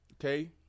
okay